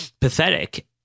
pathetic